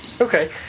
okay